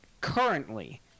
currently